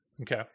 Okay